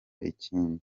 ikindi